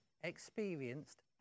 experienced